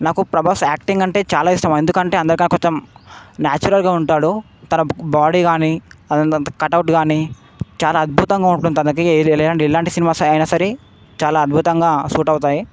నాకు ప్రభాస్ యాక్టింగ్ అంటే చాలా ఇష్టం ఎందుకు అంటే అందరికన్నా కొంచెం న్యాచురల్గా ఉంటాడు తన బాడీ కానీ అదే తన కటౌట్ కానీ చాలా అద్భుతంగా ఉంటుంది తనకి ఎలాంటి సినిమాస్ అయినా సరే చాలా అద్భుతంగా సూట్ అవుతాయి